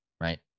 Right